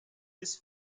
this